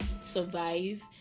survive